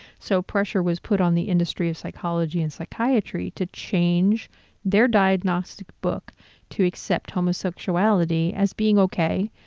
so pressure was put on the industry of psychology and psychiatry to change their diagnostic book to accept homosexuality as being okay,